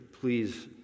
please